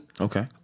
Okay